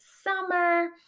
summer